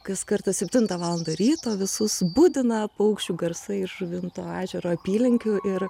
kas kartą septintą valandą ryto visus budina paukščių garsai iš žuvinto ežero apylinkių ir